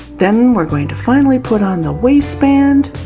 then we're going to finally put on the waistband,